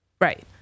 Right